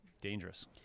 dangerous